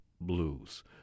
Blues